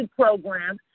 program